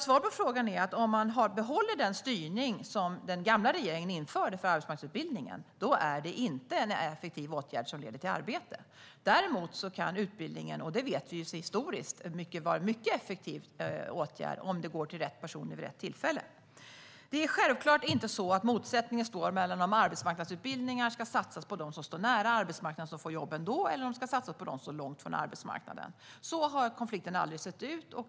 Svaret på frågan är: Om man hade behållit den styrning som den gamla regeringen införde för arbetsmarknadsutbildningen är det inte en effektiv åtgärd som leder till arbete. Däremot kan utbildningen, och det vet vi historiskt, vara en mycket effektiv åtgärd om den går till rätt personer vid rätt tillfälle. Det är självklart inte så att motsättningen står mellan om arbetsmarknadsutbildningar ska satsas på dem som står nära arbetsmarknaden som får jobb ändå eller om de ska satsas på dem som står långt från arbetsmarknaden. Så har konflikten aldrig sett ut.